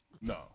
No